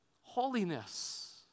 holiness